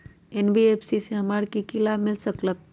NBFC से हमार की की लाभ मिल सक?